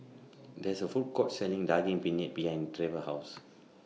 There IS A Food Court Selling Daging Penyet behind Trever's House